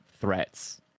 threats